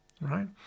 right